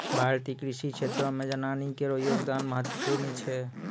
भारतीय कृषि क्षेत्रो मे जनानी केरो योगदान महत्वपूर्ण छै